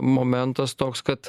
momentas toks kad